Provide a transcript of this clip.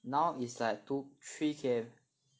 now is like two three K_M